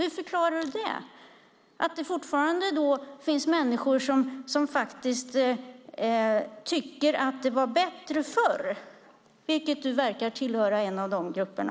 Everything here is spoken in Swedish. Hur förklarar du det, att det fortfarande finns människor som tycker att det var bättre förr? Du verkar tillhöra en av de grupperna.